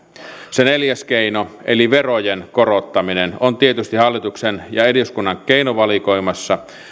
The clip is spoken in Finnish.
se neljäs keino eli verojen korottaminen on tietysti hallituksen ja eduskunnan keinovalikoimassa